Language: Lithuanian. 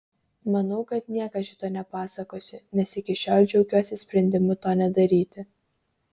manau kad niekad šito nepasakosiu nes iki šiol džiaugiuosi sprendimu to nedaryti